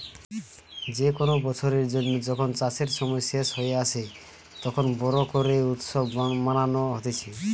যে কোনো বছরের জন্য যখন চাষের সময় শেষ হয়ে আসে, তখন বোরো করে উৎসব মানানো হতিছে